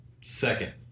second